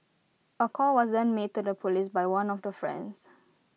A call was then made to the Police by one of the friends